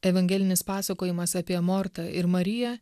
evangelinis pasakojimas apie mortą ir mariją